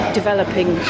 developing